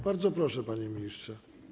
Bardzo proszę, panie ministrze.